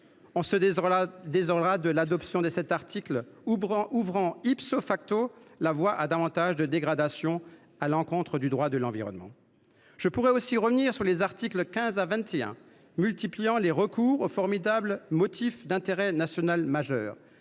On se désolera de l’adoption de cet article, qui ouvre la voie à davantage de dégradations, ce qui va à l’encontre du droit de l’environnement. Je pourrais aussi revenir sur les articles 15 à 21, qui multiplient les recours au formidable « motif d’intérêt national majeur